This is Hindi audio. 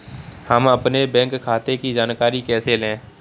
हम अपने बैंक खाते की जानकारी कैसे लें?